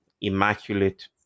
immaculate